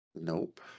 nope